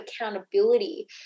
accountability